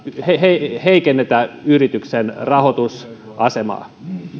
ei heikennetä yrityksen rahoitusasemaa